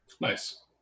nice